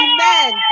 Amen